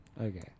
Okay